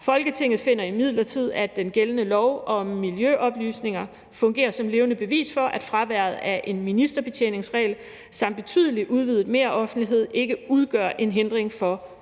Folketinget finder imidlertid, at den gældende lov om miljøoplysninger fungerer som levende bevis for, at fraværet af en ministerbetjeningsregel samt betydeligt udvidet meroffentlighed ikke udgør en hindring for at opretholde